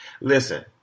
listen